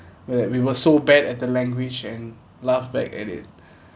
like we were so bad at the language and laughed back at it